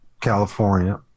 California